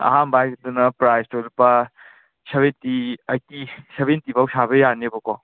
ꯑꯍꯥꯝꯕ ꯍꯥꯏꯒꯤꯗꯨꯅ ꯄ꯭ꯔꯥꯏꯁꯇꯣ ꯂꯨꯄꯥ ꯁꯕꯦꯟꯇꯤ ꯑꯩꯠꯇꯤ ꯁꯕꯦꯟꯇꯤꯕꯣꯛ ꯁꯥꯕ ꯌꯥꯅꯦꯕꯀꯣ